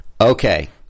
Okay